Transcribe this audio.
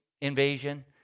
invasion